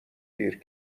دیر